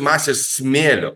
masės smėlio